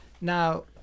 now